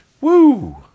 Woo